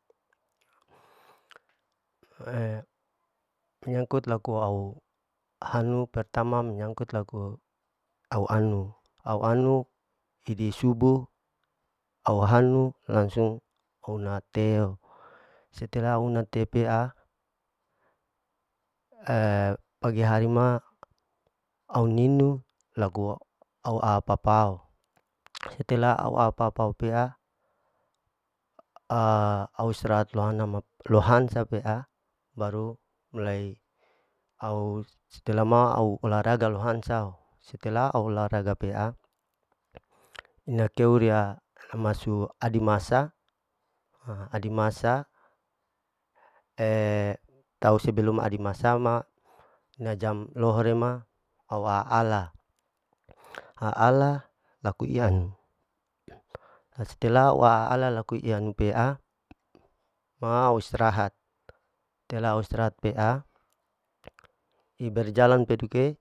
menyangkut laku au hanu pertama menyangkut, laku au anu, au anu hidi subuh au hanu langsung auna te o, setelah au una te pea pagi hari ma au ninu laku au a papao, setelah au-au pa-pa pao pea starahat lohana lohansa pea baru mulai au setelah ma au olahraga lohansa o, setelah olahraga pea ina keu riya hamasu adimasa, adimasa atau sebelum adimasa ma najam lohor e ma au a'ala, a'ala laku ianu la setelah au ala ika ianu pea ma au istrahat setelah au istrahat pea i'berjalan peduke